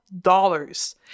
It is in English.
dollars